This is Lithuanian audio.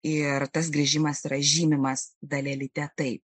ir tas grįžimas yra žymimas dalelyte taip